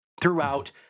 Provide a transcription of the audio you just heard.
throughout